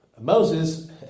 Moses